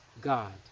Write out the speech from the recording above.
God